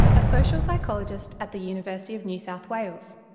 a social psychologist at the university of new south wales.